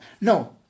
no